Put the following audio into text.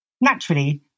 Naturally